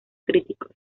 críticos